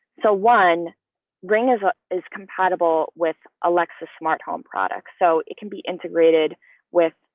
so one ring is is compatible with alexa smart home products, so it can be integrated with,